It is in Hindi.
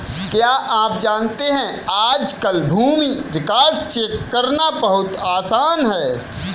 क्या आप जानते है आज कल भूमि रिकार्ड्स चेक करना बहुत आसान है?